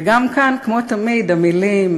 וגם כאן, כמו תמיד, המילים,